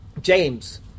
James